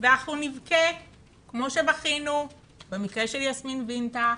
ואנחנו נבכה כמו שבכינו במקרה של יסמין וינטה,